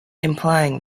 implying